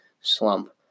slump